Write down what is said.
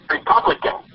Republican